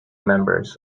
members